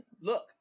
look